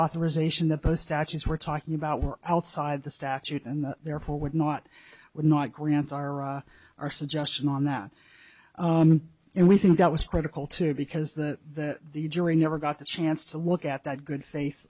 authorization the post statues were talking about were outside the statute and therefore would not would not grant our our suggestion on that and we think that was critical too because that the jury never got the chance to look at that good faith